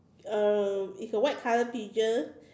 uh it's a white color pigeon